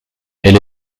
elle